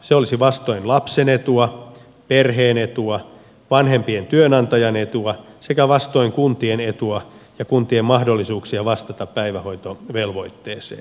se olisi vastoin lapsen etua perheen etua vanhempien työnantajan etua sekä vastoin kuntien etua ja kuntien mahdollisuuksia vastata päivähoitovelvoitteeseen